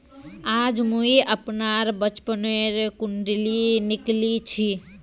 आज मुई अपनार बचपनोर कुण्डली निकली छी